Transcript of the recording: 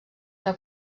que